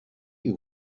you